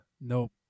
Nope